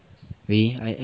really